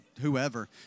whoever